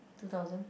two thousand